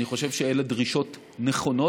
אני חושב שאלה דרישות נכונות.